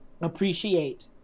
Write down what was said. appreciate